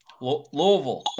Louisville